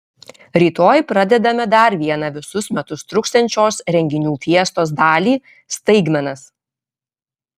rytoj pradedame dar vieną visus metus truksiančios renginių fiestos dalį staigmenas